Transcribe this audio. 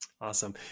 Awesome